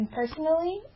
personally